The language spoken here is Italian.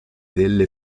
delle